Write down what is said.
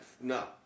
No